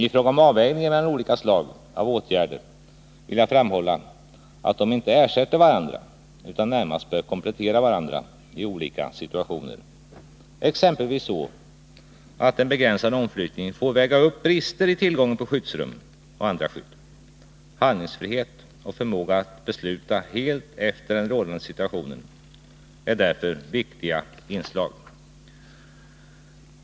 I fråga om avvägningen mellan olika slag av åtgärder vill jag framhålla att de inte ersätter varandra utan närmast bör komplettera varandra i olika situationer, exempelvis så att begränsad omflyttning får väga upp brister i tillgången på skyddsrum och andra skydd. Handlingsfrihet och förmåga att besluta helt efter den rådande situationen är därför viktiga inslag.